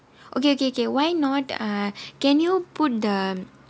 okay K K why not err can you put the